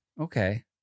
Okay